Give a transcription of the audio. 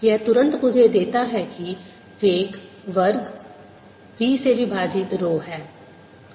यह तुरंत मुझे देता है कि वेग वर्ग B से विभाजित रो है